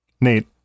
Nate